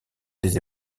des